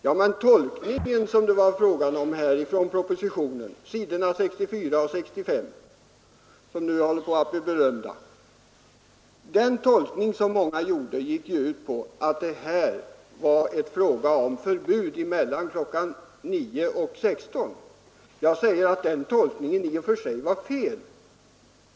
Ja, men den tolkning av s. 64 och 65 i propositionen, som nu håller på att bli berömda, gick ut på att det skulle bli ett förbud mellan kl. 9 och 16 för kristen barnverksamhet. Jag säger att den tolkningen i och för sig var felaktig.